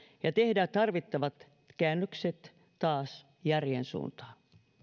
ja tehdä tarvittavat käännökset taas järjen suuntaan